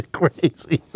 crazy